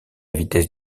vitesse